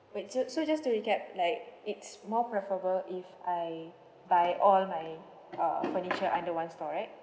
wait so so just to recap like it's more preferable if I buy all my uh furniture under one store right